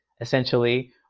essentially